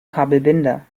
kabelbinder